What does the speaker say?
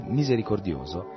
misericordioso